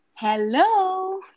Hello